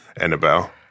Annabelle